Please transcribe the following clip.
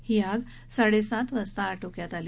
ही आग साडे सात वाजता आटोक्यात आली